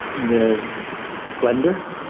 the blender.